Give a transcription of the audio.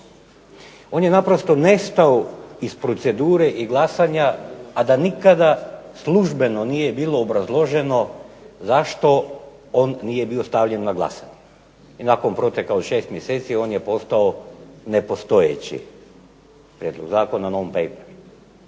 On je naprosto nestao iz procedura i glasanja a da nikada službeno nije bilo obrazloženo zašto on nije bio stavljen na glasanje. I nakon proteka od 6 mjeseci on je postao nepostojeći, prijedlog Zakon o novom